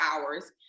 hours